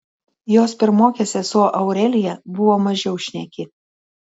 jos pirmokė sesuo aurelija buvo mažiau šneki